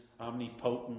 omnipotent